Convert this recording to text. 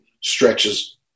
stretches